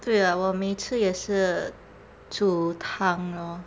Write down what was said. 对啊我每次也是煮汤 lor